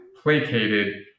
placated